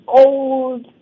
old